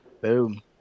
Boom